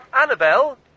Annabelle